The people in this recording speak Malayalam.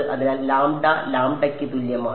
അതിനാൽ ലാംഡ ലാംഡയ്ക്ക് തുല്യമാണ്